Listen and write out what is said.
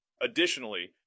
Additionally